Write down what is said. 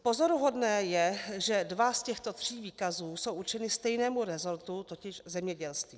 Pozoruhodné je, že dva z těchto tří výkazů jsou určeny stejnému rezortu, totiž zemědělství.